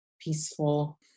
peaceful